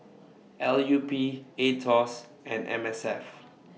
L U P Aetos and M S F